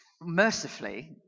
Mercifully